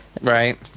right